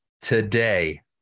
today